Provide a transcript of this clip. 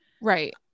Right